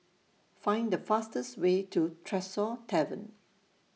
Find The fastest Way to Tresor Tavern